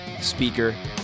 speaker